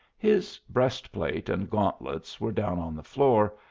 his breast-plate and gauntlets were down on the floor,